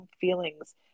feelings